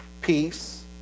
peace